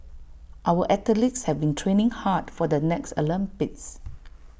our athletes have been training hard for the next Olympics